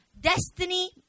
destiny